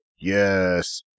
Yes